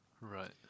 Right